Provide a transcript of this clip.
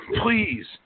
Please